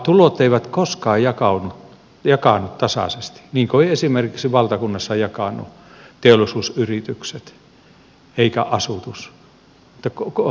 tulot eivät koskaan jakaannu tasaisesti niin kuin ei esimerkiksi valtakunnassa jakaannu teollisuusyritykset eikä asutus